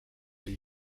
del